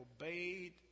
obeyed